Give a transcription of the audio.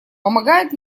помогает